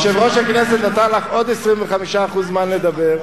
יושב-ראש הכנסת נתן לך עוד 25% זמן לדבר,